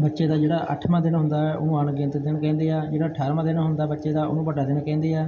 ਬੱਚੇ ਦਾ ਜਿਹੜਾ ਅੱਠਵਾਂ ਦਿਨ ਹੁੰਦਾ ਉਹ ਅਣਗਿਤ ਦਿਨ ਕਹਿੰਦੇ ਆ ਜਿਹੜਾ ਅਠਾਰਵਾਂ ਦਿਨ ਹੁੰਦਾ ਬੱਚੇ ਦਾ ਉਹਨੂੰ ਵੱਡਾ ਦਿਨ ਕਹਿੰਦੇ ਆ